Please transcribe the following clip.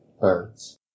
Birds